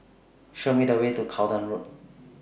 Show Me The Way to Charlton Road